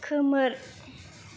खोमोर